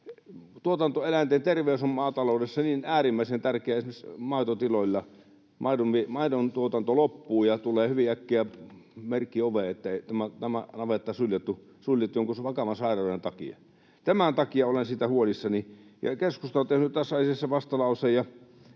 Tuotantoeläinten terveys on maataloudessa niin äärimmäisen tärkeää esimerkiksi maitotiloilla, että maidontuotanto loppuu ja tulee hyvin äkkiä merkki oveen, että tämä navetta suljettu jonkun vakavan sairauden takia. Tämän takia olen siitä huolissani. Keskusta on tehnyt tässä asiassa vastalauseen,